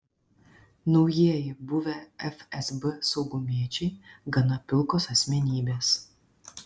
naujieji buvę fsb saugumiečiai gana pilkos asmenybės